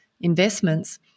investments